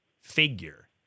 figure